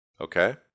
Okay